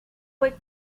fue